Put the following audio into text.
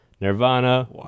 nirvana